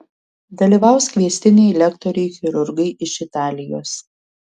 dalyvaus kviestiniai lektoriai chirurgai iš italijos